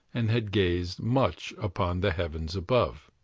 and had gazed much upon the heavens above.